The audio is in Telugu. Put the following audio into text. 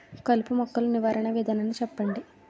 కలుపు మొక్కలు నివారణ విధానాన్ని చెప్పండి?